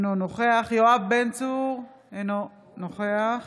אינו נוכח יואב בן צור, אינו נוכח